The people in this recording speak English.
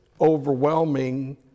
overwhelming